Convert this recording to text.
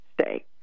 stay